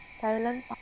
silent